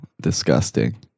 disgusting